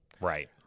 Right